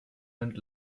and